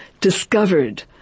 discovered